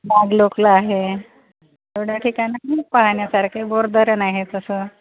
बागलोकला आहे एवढ्या ठिकाणं पाहण्यासारखे बोरधरण आहे तसं